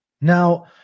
Now